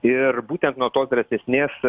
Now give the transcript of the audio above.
ir būtent nuo tos drąsesnės